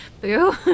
Boo